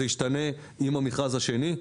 זה ישתנה עם המכרז השני.